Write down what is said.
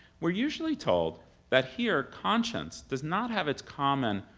we're usually told that here conscience does not have its common,